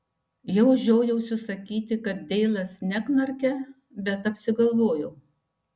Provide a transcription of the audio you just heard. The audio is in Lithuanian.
jau žiojausi sakyti kad deilas neknarkia bet apsigalvojau